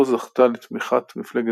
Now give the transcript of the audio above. בעבר הגיש פינה תורנית ברדיו קול חי